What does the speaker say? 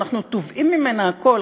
שאנחנו תובעים ממנה הכול.